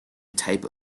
type